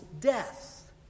death